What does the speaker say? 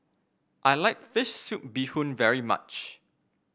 I like fish soup Bee Hoon very much